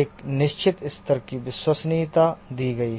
एक निश्चित स्तर की विश्वसनीयता दी गई है